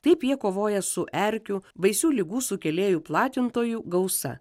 taip jie kovoja su erkių baisių ligų sukėlėjų platintojų gausa